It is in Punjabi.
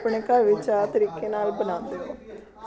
ਆਪਣੇ ਘਰ ਵਿੱਚ ਚਾਹ ਤਰੀਕੇ ਨਾਲ ਬਣਾਉਂਦੇ ਹੋ